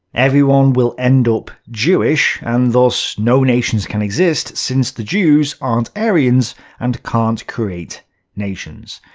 everyone will end up jewish, and thus no nations can exist, since the jews aren't aryans and can't create nations.